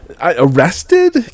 Arrested